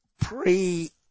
pre